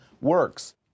works